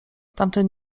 tamten